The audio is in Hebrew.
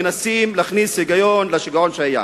מנסים להכניס היגיון לשיגעון שהיה.